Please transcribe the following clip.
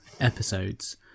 episodes